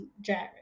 Jared